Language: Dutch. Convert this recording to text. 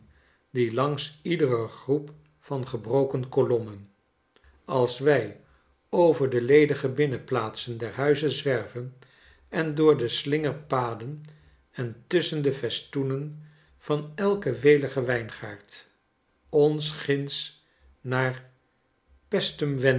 dien langs iedere groep van gebroken kolommen als wij over de ledige binnenplaatsen der huizen zwerven en door de slingerpaden en tusschen de festoenen van elken weligen wijngaard ons ginds naar